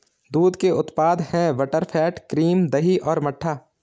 दूध के उत्पाद हैं बटरफैट, क्रीम, दही और मट्ठा